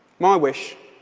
my wish